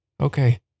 Okay